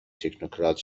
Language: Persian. تکنوکرات